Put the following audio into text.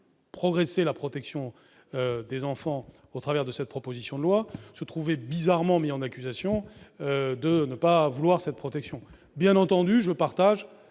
progresser la protection des enfants au travers de cette proposition de loi, se trouver bizarrement mis en accusation de ne pas vouloir cette protection. Nous sommes tous